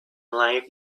life